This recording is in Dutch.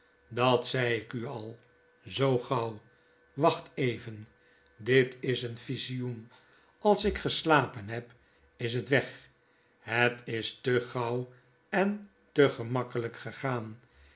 dat zei ik u al zoo gauw wacht even dit is een visioen als ik geslapen heb is het weg het is te gauw en te gemakkelyk gegaan